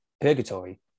purgatory